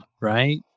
right